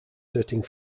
setting